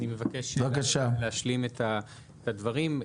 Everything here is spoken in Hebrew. אני מבקש להשלים את הדברים.